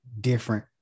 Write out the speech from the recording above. different